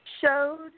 showed